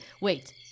Wait